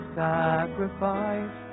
sacrifice